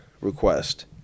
request